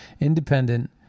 independent